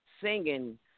singing